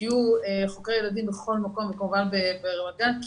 שיהיו חוקרי ילדים בכל מקום וכמובן ברמת גן,